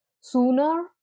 sooner